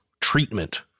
treatment